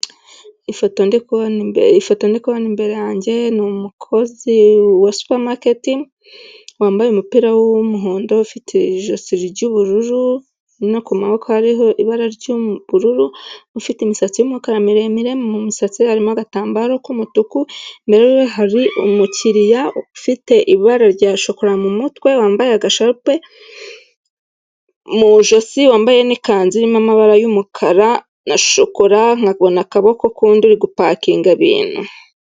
Ifoto ndi imbere ifoto nikoti imbere yanjye ni numukozi wa supermarket wambaye umupira w'umuhondo ufite ijosi ry'ubururu no kumaboko ibara ry'ruru ufite imisatsi y'umukara miremire mumisatsi harimo agatambaro k'umutuku imbere imbere hari umukiriya ufite ibara rya shokora mumutwe wambaye agashape mu ijosi wambaye n'ikanzu irimo amabara y'umukara na shokora nkabona akaboko n'undi gupakinga ibintu.